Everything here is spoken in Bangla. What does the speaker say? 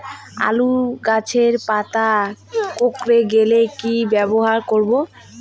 আলুর গাছের পাতা কুকরে গেলে কি ব্যবহার করব?